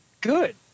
good